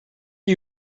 are